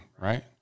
right